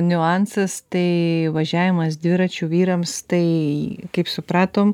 niuansas tai važiavimas dviračiu vyrams tai kaip supratom